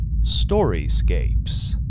Storyscapes